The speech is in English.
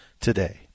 today